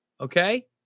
Okay